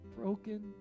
broken